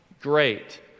great